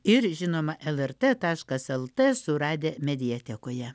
ir žinoma lrt taškas lt suradę mediatekoje